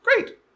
Great